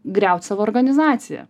griaut savo organizaciją